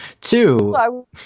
Two